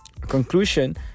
conclusion